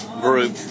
group